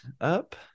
up